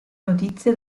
notizie